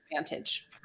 Advantage